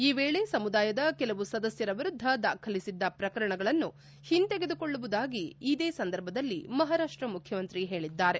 ಈ ವೇಳೆ ಸಮುದಾಯದ ಕೆಲವು ಸದಸ್ತರ ವಿರುದ್ದ ದಾಖಲಿಸಿದ್ದ ಪ್ರಕರಣಗಳನ್ನು ಹಿಂತೆಗೆದುಕೊಳ್ಳುವುದಾಗಿ ಇದೇ ಸಂದರ್ಭದಲ್ಲಿ ಮಹಾರಾಷ್ವ ಮುಖ್ಯಮಂತ್ರಿ ಹೇಳಿದ್ದಾರೆ